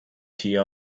hear